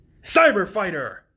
Cyberfighter